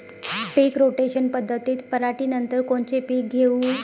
पीक rotation पद्धतीत पराटीनंतर कोनचे पीक घेऊ?